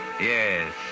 Yes